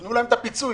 תנו להן את הפיצוי.